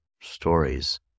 stories